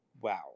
wow